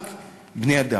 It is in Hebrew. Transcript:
רק בני-אדם.